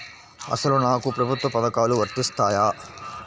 అసలు నాకు ప్రభుత్వ పథకాలు వర్తిస్తాయా?